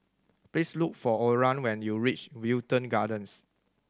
please look for Oran when you reach Wilton Gardens